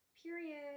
Period